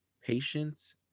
Patience